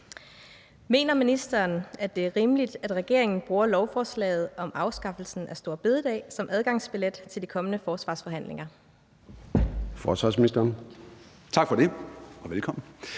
Mener ministeren, at det er rimeligt, at regeringen bruger lovforslaget om afskaffelsen af store bededag som adgangsbillet til de kommende forsvarsforhandlinger?